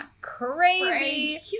crazy